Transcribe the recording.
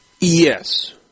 Yes